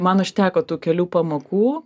man užteko tų kelių pamokų